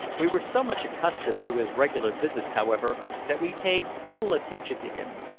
we were so much accustomed to his regular visits, however, that we paid little attention to him,